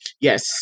Yes